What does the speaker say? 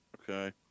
Okay